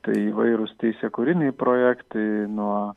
tai įvairūs teisiakūriniai projektai nuo